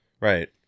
Right